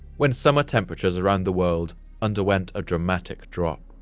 when summer temperatures around the world underwent a dramatic drop.